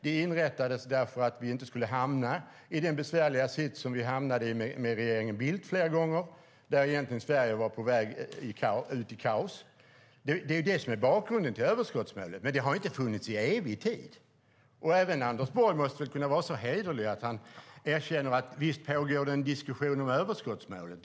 Det inrättades för att vi inte skulle hamna i den besvärliga sits där vi hamnade med regeringen Bildt flera gånger och där Sverige egentligen var på väg ut i kaos. Det är detta som är bakgrunden till överskottsmålet. Men det har inte funnits i evig tid. Även Anders Borg måste väl kunna vara så hederlig att han erkänner att det pågår en diskussion om överskottsmålet.